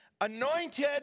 anointed